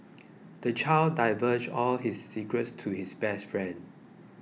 the child divulged all his secrets to his best friend